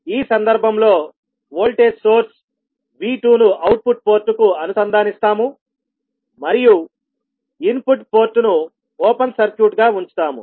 ఈ సందర్భంలో voltage source V2 ను అవుట్పుట్ పోర్టుకు అనుసంధానిస్తాము మరియు ఇన్పుట్ పోర్టును ఓపెన్ సర్క్యూట్ గా ఉంచుతాము